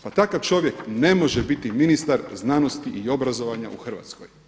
Pa takav čovjek ne može biti ministar znanosti i obrazovanja u Hrvatskoj.